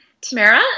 Tamara